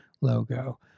logo